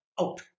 out